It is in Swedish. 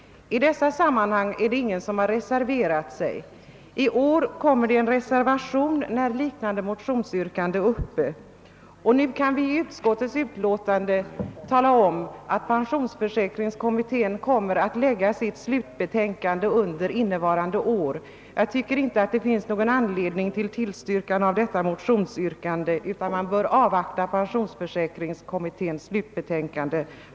I dessa sammanhang är det ingen som har reserverat sig. När liknande motionsyrkanden behandlats i utskottet i år har emellertid en reservation avgivits. Av utskottsutlåtandet framgår att pensionsförsäkringskommittén avser att avlämna sitt slutbetänkande redan under innevarande år. Av den anledningen tycker jag inte att det finns någon anledning att bifalla motionens yrkande, utan jag anser att vi bör avvakta resultatet av kommitténs betänkande.